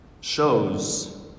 shows